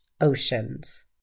Oceans